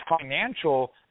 financial